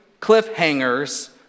cliffhangers